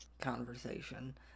conversation